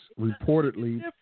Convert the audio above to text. Reportedly